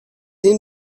این